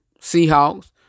Seahawks